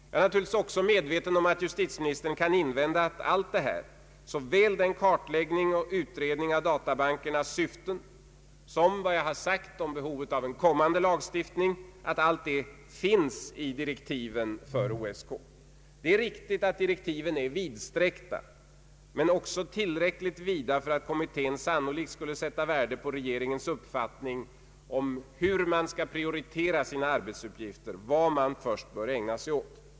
Jag är givetvis också medveten om att justitieministern kan invända att allt detta, såväl en kartläggning och utredning av databankernas syften som vad jag sagt om behovet av en kommande lagstiftning, finns i direktiven. Det är riktigt att direktiven är vidsträckta. De är tillräckligt vida för att kommittén sannolikt skulle sätta värde på regeringens uppfattning om hur man skall prioritera sina arbetsuppgifter, om vad man först bör ägna sig åt.